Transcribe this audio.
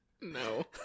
No